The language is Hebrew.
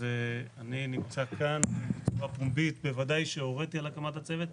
אז אני נמצא כאן, בוודאי שהוריתי על הקמת הצוות,